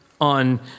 on